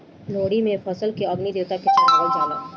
लोहड़ी में फसल के अग्नि देवता के चढ़ावल जाला